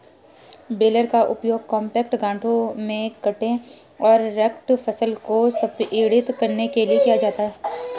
baler का उपयोग compact गांठों में कटे और रेक्ड फसल को संपीड़ित करने के लिए किया जाता है